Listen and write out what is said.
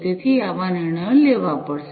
તેથી આવા નિર્ણયો લેવા પડશે